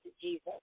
Jesus